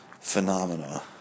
phenomena